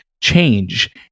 change